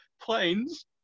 Planes